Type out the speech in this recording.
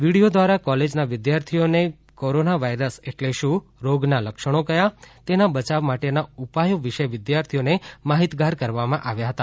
video દ્વારા કોલેજના વિધ્યાર્થીઓને કોરોના વાઇરસ એટલે શું રોગના લક્ષણો ક્યાં તેના બચાવ માટેના ઉપાયો વિશે વિધ્યાર્થી ઓ ને માહિતગાર કરવામાં આવ્યા હતા